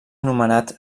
anomenat